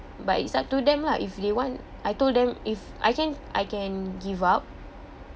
but it's up to them lah if they want I told them if I can I can give up